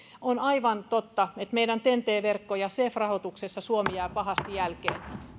on aivan totta että ten t verkko ja cef rahoituksessa suomi jää pahasti jälkeen